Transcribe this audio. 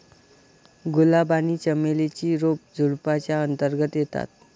गुलाब आणि चमेली ची रोप झुडुपाच्या अंतर्गत येतात